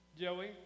Joey